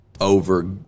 over